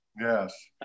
yes